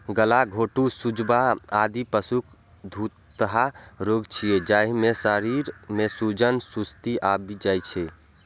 गलाघोटूं, सुजवा, आदि पशुक छूतहा रोग छियै, जाहि मे शरीर मे सूजन, सुस्ती आबि जाइ छै